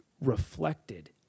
reflected